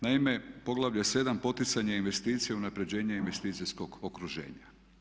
Naime, poglavlje 7 Poticanje investicija u unapređenje investicijskog okruženja.